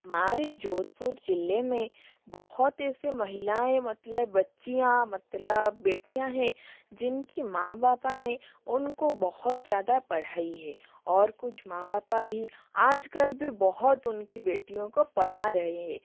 मारी जोधपुर जिले में बहुत ऐसे महिलाएँ मतलब बच्चियाँ मतलब बेटियाँ है जिनकी माँ बापा ने उनको बहुत ज़्यादा पढ़ाई है और कुछ माँ बापा भी आजकल भी बहुत उनकी बेटियों को पढ़ा रहे है